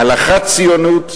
הלכה ציונית,